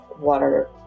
water